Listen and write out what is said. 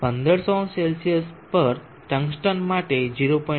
15000c પર tungsten માટે 0